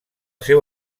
seu